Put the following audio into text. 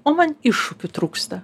o man iššūkių trūksta